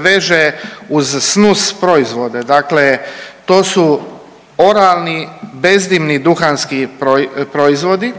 veže uz snus proizvode. Dakle, to su oralni bezdimni duhanski proizvodi